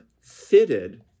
fitted